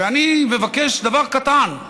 ואני מבקש דבר קטן: